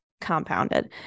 compounded